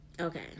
Okay